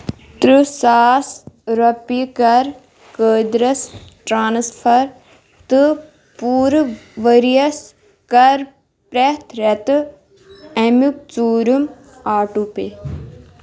تٕرٛہ ساس رۄپیہِ کَر قٲدرس ٹرانسفر تہٕ پوٗرٕ ؤرۍ یَس کَر پرٛٮ۪تھ رٮ۪تہٕ امیُک ژوٗرِم آٹو پے